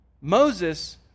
Moses